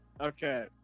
Okay